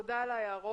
תודה על ההערות.